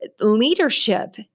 leadership